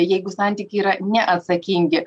jeigu santykiai yra neatsakingi